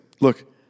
Look